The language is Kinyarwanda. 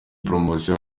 poromosiyo